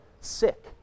sick